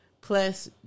plus